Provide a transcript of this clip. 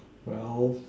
well